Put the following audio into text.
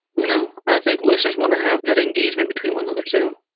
you know i think listeners want to have that engagement between one another too.